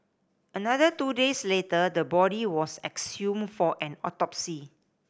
another two days later the body was exhumed for an autopsy